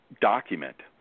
document